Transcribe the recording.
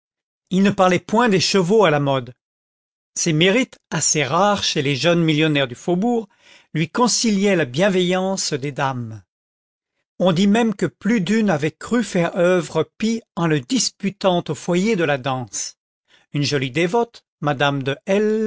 il ne parlait point des chevaux à la mode ces mérites assez rares chez les jeunes millionnaires du faubourg lui conciliaient la bienveillance des dames on dit même que plus d'une avait cru faire œuvre pie en le disputant au foyer de la danse une jolie dévote madame de